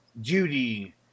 Judy